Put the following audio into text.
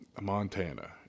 Montana